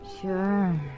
Sure